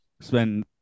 spend